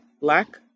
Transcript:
Black